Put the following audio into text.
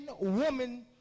woman